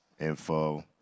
Info